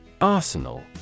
Arsenal